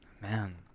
man